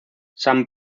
san